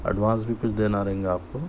advance بھی کچھ دینا رہیں گا آپ کو